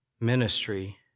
ministry